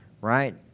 right